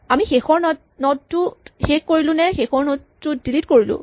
আমি শেষৰ নড টোত শেষ কৰিলোঁ নে শেষৰ নড টো ডিলিট কৰিলোঁ